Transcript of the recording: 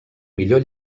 millor